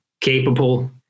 capable